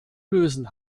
lösen